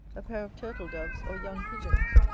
a pair of turtle-doves, or young pigeons,